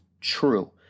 true